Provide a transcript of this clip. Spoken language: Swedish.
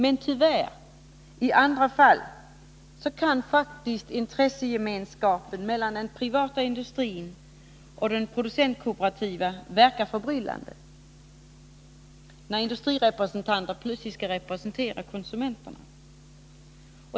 Men tyvärr kan i andra fall intressegemenska pen mellan den privata industrin och den producentkooperativa verka förbryllande, när industrirepresentanter plötsligt skall representera konsumenterna.